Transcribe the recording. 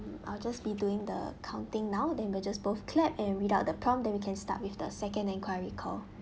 I'll just be doing the counting now then we'll just both clap and read out the prompt that we can start with the second enquiry call